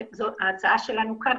ההצעה שלנו כאן,